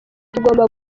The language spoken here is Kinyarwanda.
tugomba